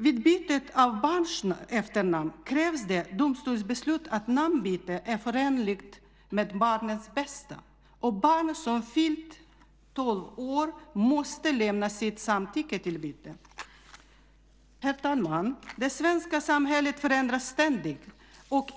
Vid byte av barns efternamn krävs det domstolsbeslut om att namnbytet är förenligt med barnets bästa, och barn som fyllt tolv år måste lämna sitt samtycke till byte. Herr talman! Det svenska samhället förändras ständigt och